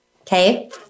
Okay